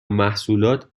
محصولات